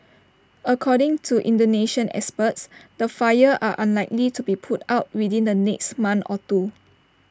according to Indonesian experts the fires are unlikely to be put out within the next month or two